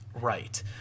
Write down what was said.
Right